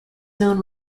known